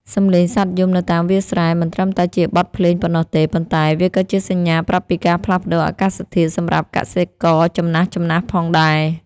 សំឡេងសត្វយំនៅតាមវាលស្រែ មិនត្រឹមតែជាបទភ្លេងប៉ុណ្ណោះទេ ប៉ុន្តែវាក៏ជាសញ្ញាប្រាប់ពីការផ្លាស់ប្តូរអាកាសធាតុសម្រាប់កសិករចំណាស់ៗផងដែរ។